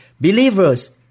Believers